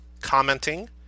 commenting